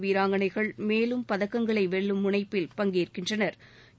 வீராங்கணைகள் மேலும் பதக்கங்களை வெல்லும் முனைப்பில் பங்கேற்கின்றனா்